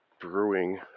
Brewing